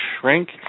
shrink